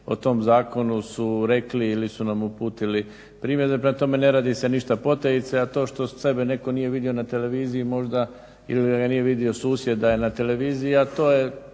o tom zakonu su rekli ili su nam uputili primjedbe. Prema tome, ne radi se ništa potajice. A to što sebe netko nije vidio na televiziji ili ga nije vidio susjed da je na televiziji, a to je,